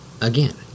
again